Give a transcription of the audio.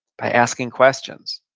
by asking questions.